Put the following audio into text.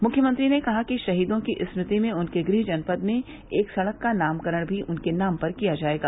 मुख्यमंत्री ने कहा कि शहीदों की स्मृति में उनके गृह जनपद में एक सड़क का नामकरण भी उनके नाम पर किया जायेग